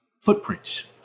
footprints